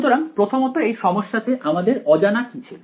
সুতরাং প্রথমত এই সমস্যাতে আমাদের অজানা কি ছিল